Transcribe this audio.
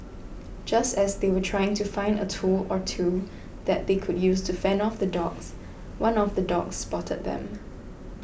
just as they were trying to find a tool or two that they could use to fend off the dogs one of the dogs spotted them